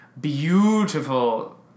beautiful